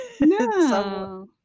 No